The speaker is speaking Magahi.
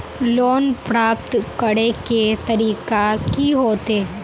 लोन प्राप्त करे के तरीका की होते?